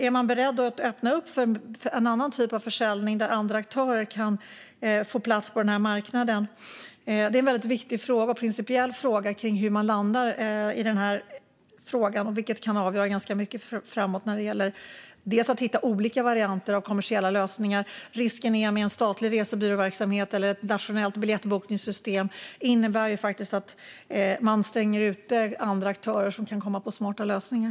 Är man beredd att öppna för en annan typ av försäljning där andra aktörer kan få plats på marknaden? Det är en väldigt viktig principiell fråga hur man landar i den här frågan. Det kan avgöra ganska mycket framåt när det gäller att hitta olika varianter av kommersiella lösningar. Risken med en statlig resebyråverksamhet eller ett nationellt biljettbokningssystem är att man stänger ute andra aktörer som kan komma på smarta lösningar.